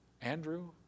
Andrew